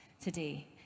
today